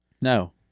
No